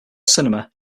cinema